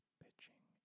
pitching